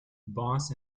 boss